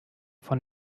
von